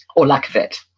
or lack of it.